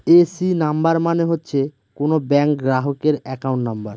AC number মানে হচ্ছে কোনো ব্যাঙ্ক গ্রাহকের একাউন্ট নাম্বার